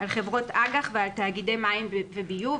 על חברות אג"ח ועל תאגידי מים וביוב.